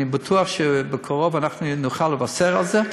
אני בטוח שבקרוב אנחנו נוכל לבשר על זה,